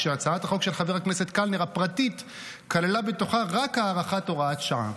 כשהצעת החוק הפרטית של חבר הכנסת קלנר כללה בתוכה רק הארכת הוראת שעה.